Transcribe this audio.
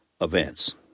events